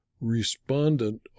Respondent